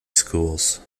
schools